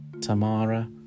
Tamara